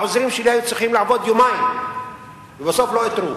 העוזרים שלי היו צריכים לעבוד יומיים ובסוף לא איתרו.